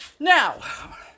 Now